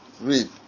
Read